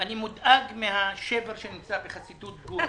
אני מודאג מן השבר שנמצא בחסידות גור.